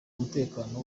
umutekano